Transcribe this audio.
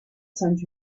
sends